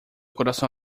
coração